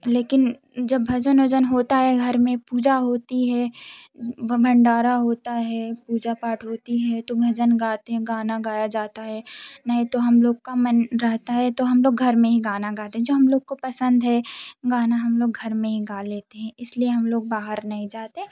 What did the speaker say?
लेकिन जब भजन वजन होता है घर में पूजा होती है भंडारा होता है पूजा पाठ होती है तो भजन गाते हैं गाना गाया जाता है नहीं तो हम लोग का मन रहता है तो हम लोग घर में ही गाना गाते हैं जो हम लोग को पसंद है गाना हम लोग घर में ही गा लेते हैं इस लिए हम लोग बाहर नहीं जाते हैं